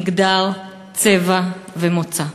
מגדר, צבע ומוצא.